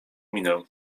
minę